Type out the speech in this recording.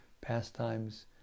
pastimes